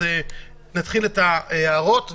אז נתחיל את ההערות,